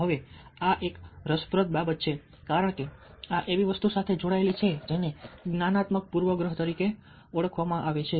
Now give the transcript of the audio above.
હવે આ એક રસપ્રદ બાબત છે કારણ કે આ એવી વસ્તુ સાથે જોડાયેલી છે જેને જ્ઞાનાત્મક પૂર્વગ્રહ તરીકે ઓળખવામાં આવે છે